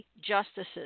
justices